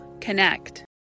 connect